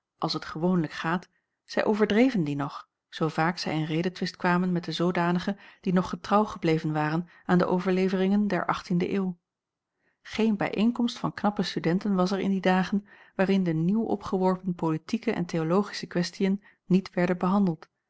als t gewoonlijk gaat zij overdreven die nog zoo vaak zij in redetwist kwamen met de zoodanigen die nog getrouw gebleven waren aan de overleveringen der achttiende eeuw geen bijeenkomst van knappe studenten was er in die dagen waarin de nieuw opgeworpen politieke en theologische questiën niet werden behandeld